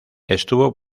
estuvo